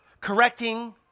correcting